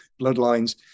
bloodlines